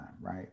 right